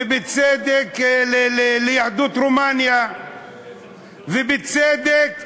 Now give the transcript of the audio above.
ובצדק, ליהדות רומניה, ובצדק,